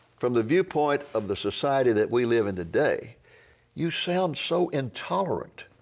from the viewpoint of the society that we live in today you sound so intolerant.